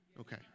okay